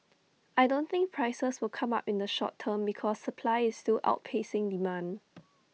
I don't think prices will come up in the short term because supply is still outpacing demand